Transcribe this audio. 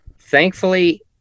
thankfully